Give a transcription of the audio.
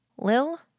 Lil